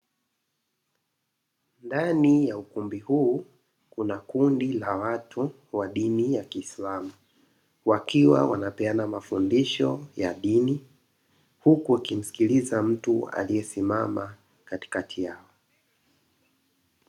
Ndani ya ukumbi huu kuna kundi la watu wa dini ya kiislamu, wakiwa wanapeana mafundisho ya dini huku wakimsikiliza mtu aliyesimama katikati yao.